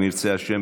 אם ירצה השם,